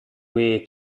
way